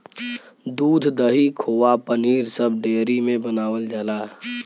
दूध, दही, खोवा पनीर सब डेयरी में बनावल जाला